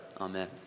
Amen